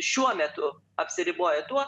šiuo metu apsiriboja tuo